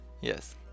Yes